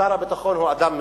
שר הביטחון הוא אדם מסוכן,